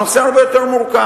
הנושא הרבה יותר מורכב.